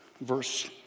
verse